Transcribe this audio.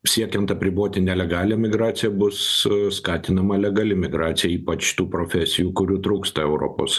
siekiant apriboti nelegalią migraciją bus skatinama legali migracija ypač tų profesijų kurių trūksta europos